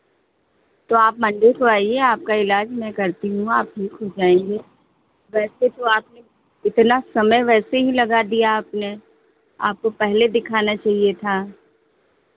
तो आप मंडे को आइए आपका इलाज मैं करती हूँ आप ठीक हो जाएंगे वैसे तो आपने इतना समय वैसे ही लगा दिया आपने आपको पहले दिखाना चाहिये था